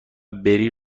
بری